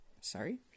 Sorry